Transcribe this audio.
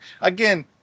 Again